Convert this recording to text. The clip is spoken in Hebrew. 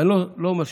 ואני לא אומר שלך,